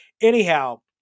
anyhow